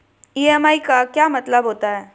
EMI का क्या मतलब होता है?